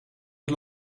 het